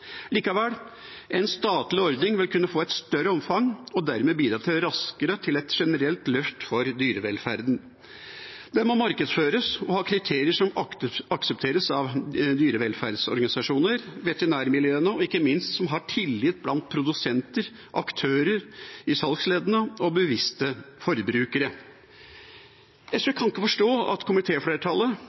Likevel vil en statlig ordning kunne få et større omfang og dermed bidra raskere til et generelt løft for dyrevelferden. Det må markedsføres og ha kriterier som aksepteres av dyrevelferdsorganisasjoner og av veterinærmiljøene, og som ikke minst har tillit blant produsenter, aktører i salgsleddene og bevisste forbrukere. SV kan ikke forstå at